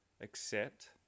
accept